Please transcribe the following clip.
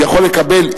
הוא יכול לקבל,